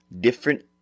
different